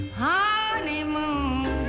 honeymoon